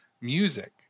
music